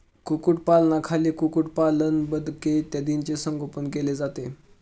कुक्कुटपालनाखाली कुक्कुटपालन, बदके इत्यादींचे संगोपन केले जाते